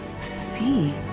see